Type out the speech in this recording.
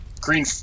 green